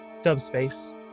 Subspace